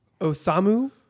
Osamu